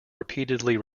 repeatedly